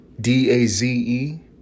D-A-Z-E